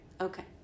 Okay